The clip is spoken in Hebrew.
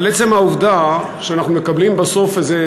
אבל עצם העובדה שאנחנו מקבלים בסוף איזה